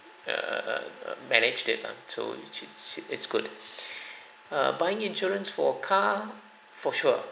err managed it until which is she it's good err buying insurance for car for sure